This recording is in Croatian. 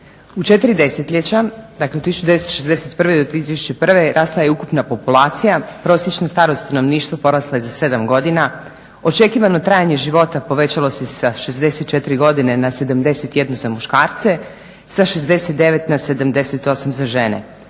U 4 desetljeća, dakle od 1961. do 2001. rasla je ukupna populacija, prosječna starost nam je porasla za 7 godina, očekivano trajanje života povećalo se sa 64 godine na 71 za muškarce, sa 69 na 78 za žene.